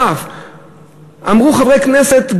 אמרו חברי כנסת,